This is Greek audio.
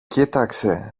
κοίταξε